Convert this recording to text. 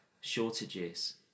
shortages